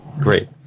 Great